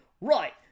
right